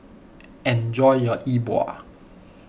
enjoy your E Bua